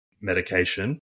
medication